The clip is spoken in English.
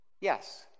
yes